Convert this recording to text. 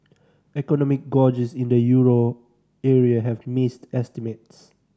economic gauges in the euro area have missed estimates